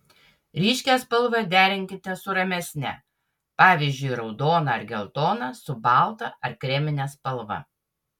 ryškią spalvą derinkite su ramesne pavyzdžiui raudoną ar geltoną su balta ar kremine spalva